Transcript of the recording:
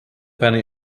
penny